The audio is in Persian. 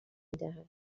میدهد